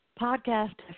Podcast